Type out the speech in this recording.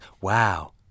wow